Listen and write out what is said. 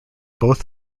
both